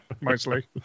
mostly